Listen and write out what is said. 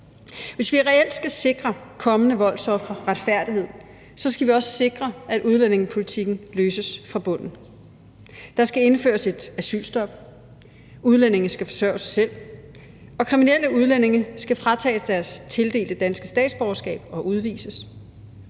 Hvis vi reelt skal sikre kommende voldsofre retfærdighed, skal vi også sikre, at udlændingepolitikken løses fra bunden. Der skal indføres et asylstop, udlændinge skal forsørge sig selv, og kriminelle udlændinge skal fratages deres tildelte danske statsborgerskab og udvises.